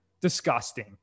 disgusting